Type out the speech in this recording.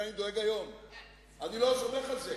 אתה יודע מה, אני כבר לא סומך על זה,